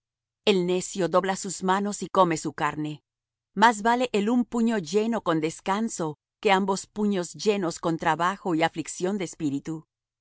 el necio dobla sus manos y come su carne mas vale el un puño lleno con descanso que ambos puños llenos con trabajo y aflicción de espíritu